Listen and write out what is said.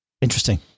Interesting